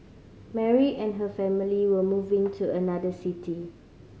Mary and her family were moving to another city